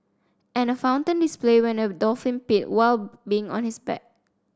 and a fountain display when a dolphin peed while being on his back